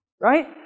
right